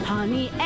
Honey